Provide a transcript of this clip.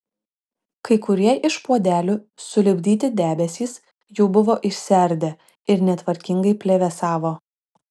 kai kurie iš puodelių sulipdyti debesys jau buvo išsiardę ir netvarkingai plevėsavo